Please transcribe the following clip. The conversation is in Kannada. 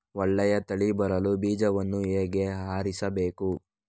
ಒಳ್ಳೆಯ ತಳಿ ಬರಲು ಬೀಜವನ್ನು ಹೇಗೆ ಆರಿಸಬೇಕು?